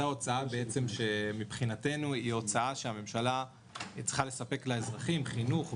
זו ההוצאה שמבחינתנו היא הוצאה שהממשלה צריכה לספק לאזרחים חינוך,